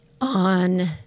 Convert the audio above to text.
on